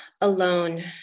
alone